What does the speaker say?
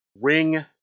Ring